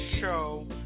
show